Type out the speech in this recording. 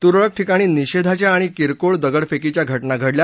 तुरळक ठिकाणी निषेधाच्या आणि किरकोळ दगडफेकीच्या घटना घडल्या